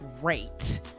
great